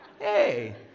hey